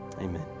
Amen